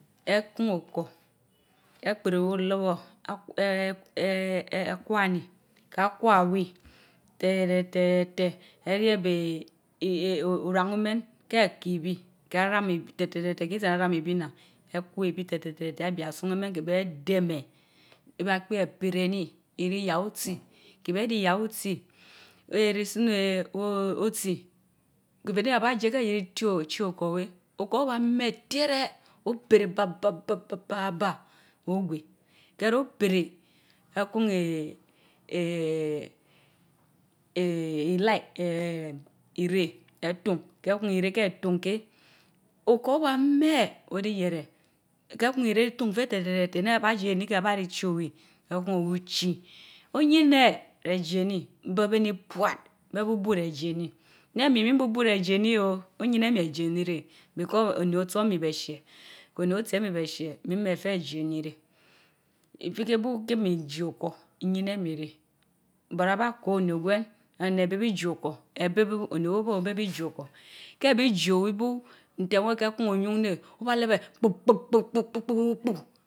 Ekun ohor ekoereh owii olorbor ak eeeh akwani ka kwa owii rereteh eyieeb eeh ii oran umen keh kiy ubii, teeh raam iii tetetete kii sii aram ibiinnan, etaweh bi te terete abia sun Imeen teen ben demer, iban kpie pereli enii, iriya otsi kah beh si ya Reh neh abra otsi keti lisin wah oti den Jiie he die chio chickor wah, otkor obaa meh dieren, opereh ba ba ba baa barb ogwe, rah reho perch ebun eeeh! eeeh! eeeh! ii light eeeh ireh etun keh kan irenker tun keh dhor uban men wenjii yiereh ken hun ireh tun Feh tetetetete neh bag Jiie inii hen abah Die chid owli, beh kaun owii chói. Oyinch Rdienii but beknii puad, beh bubu reh jieni, nehminbubu meh Jienii o!, Ojinehmii reh jienii reh because oni otso emii benche, ko nio tsi emii behchie, miin meh ter adieni ren. ifikeh bu hehmii Jii Okor, iyinemi reh but abaa ko oniguwen aneh beh bii Jii okor, ebeh bu onii weh bu obeh bii Jii okor, keh bi jii oweh bu teh weh keh kun oyun neh ibaa lebe kpub kpub kpub kpub kpub kpu b